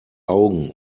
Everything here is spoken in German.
augen